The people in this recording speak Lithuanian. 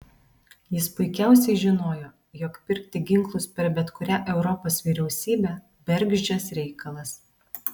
jis puikiausiai žinojo jog pirkti ginklus per bet kurią europos vyriausybę bergždžias reikalas